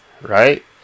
right